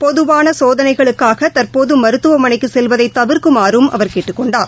பொதுவானசோதனைகளுக்காகதற்போதுமருத்துவமனைக்குசெல்வதைதவிா்க்குமாறும் கேட்டுக் அவர் கொண்டார்